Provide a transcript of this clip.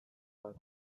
bat